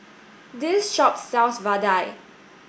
this shop sells Vadai